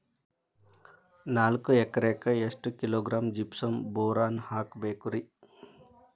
ನಾಲ್ಕು ಎಕರೆಕ್ಕ ಎಷ್ಟು ಕಿಲೋಗ್ರಾಂ ಜಿಪ್ಸಮ್ ಬೋರಾನ್ ಹಾಕಬೇಕು ರಿ?